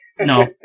No